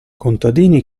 contadini